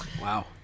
Wow